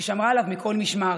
ושמרה עליו מכל משמר.